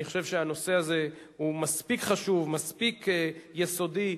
אני חושב שהנושא הזה הוא מספיק חשוב, מספיק יסודי,